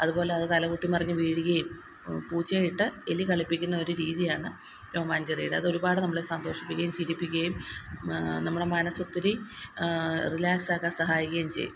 അതുപോലെ അത് തലകുത്തി മറിഞ്ഞ് വീഴുകയും പൂച്ചയെ ഇട്ട് എലി കളിപ്പിക്കുന്ന ഒരു രീതിയാണ് ടോം ആൻഡ് ജെറിയുടെത് ഒരുപാട് നമ്മളെ സന്തോഷിപ്പിക്കുകയും ചിരിപ്പിക്കുകയും നമ്മുടെ മനസ് ഒത്തിരി റിലാക്സ് ആക്കാൻ സഹായിക്കുകയും ചെയ്യും